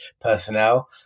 personnel